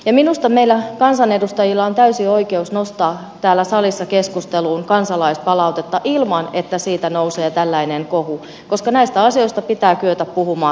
ja minusta meillä kansanedustajilla on täysi oikeus nostaa täällä salissa keskusteluun kansalaispalautetta ilman että siitä nousee tällainen kohu koska näistä asioista pitää kyetä puhumaan rakentavasti